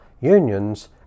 unions